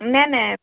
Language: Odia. ନେଇ ନେଇ